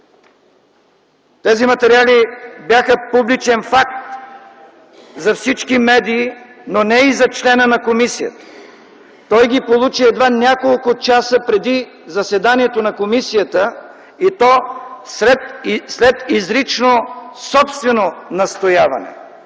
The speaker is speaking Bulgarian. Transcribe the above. Тези материали бяха публичен факт за всички медии, но не и за члена на комисията. Той ги получи едва няколко часа преди заседанието на комисията и то след изрично собствено настояване.